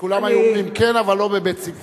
כולם היו אומרים: כן, אבל לא בבית-ספרי.